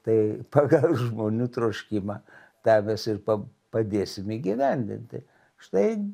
tai pagal žmonių troškimą tą mes ir pa padėsim įgyvendinti štai